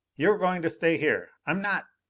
you're going to stay here. i'm not!